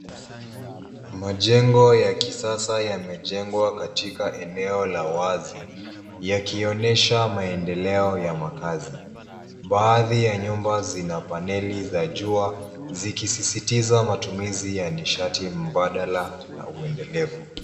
Majengo ya kisasa yamejengwa katika eneo la wazi, yakionyesha maendeleo ya makaazi. Baadhi ya nyumba zina paneli za jua, zikisisitiza matumizi ya nishati mbadala na uendelevu.